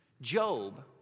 Job